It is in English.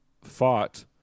fought